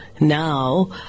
now